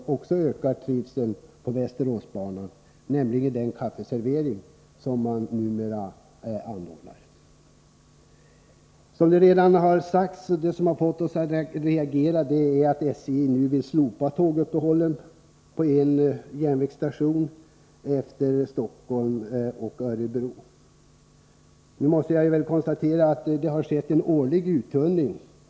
Ungdomslagen ökar trivseln på Västeråsbanan genom den kaffeservering som numera anordnas på tåget. Det som har fått oss att reagera är, som redan har sagts, att SJ nu vill slopa tåguppehållen vid en järnvägsstation efter linjen Stockholm-Örebro. Jag måste konstatera att det har skett en årlig uttunning.